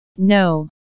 No